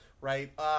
right